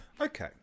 Okay